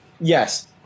Yes